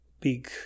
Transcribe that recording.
big